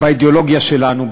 באידיאולוגיה שלנו,